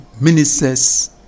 ministers